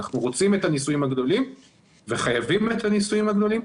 אנחנו רוצים את הניסויים הגדולים וחייבים ניסויים גדולים,